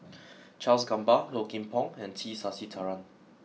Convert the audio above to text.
Charles Gamba Low Kim Pong and T Sasitharan